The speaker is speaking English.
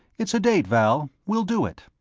it's a date, vall we'll do it.